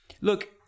Look